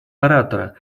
оратора